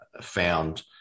found